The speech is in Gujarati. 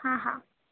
હા હા